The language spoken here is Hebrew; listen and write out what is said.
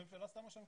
הממשלה שמה שם כסף.